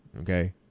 Okay